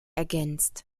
ergänzt